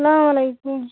السلام علیکُم